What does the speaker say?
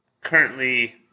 currently